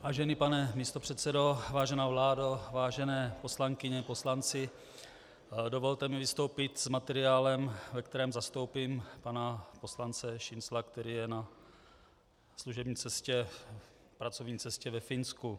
Vážený pane místopředsedo, vážená vládo, vážené poslankyně, poslanci, dovolte mi vystoupit s materiálem, ve kterém zastoupím pana poslance Šincla, který je na služební cestě, pracovní cestě ve Finsku.